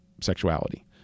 sexuality